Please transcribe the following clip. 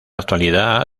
actualidad